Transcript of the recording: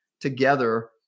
together